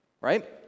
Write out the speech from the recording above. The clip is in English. right